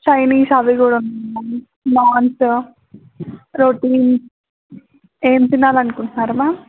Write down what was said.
Chinese అవి కూడా ఉ నాన్స్ రొటీ ఏం తినాలనుకుంటున్నారమా